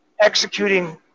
executing